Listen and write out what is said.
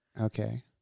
Okay